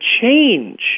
change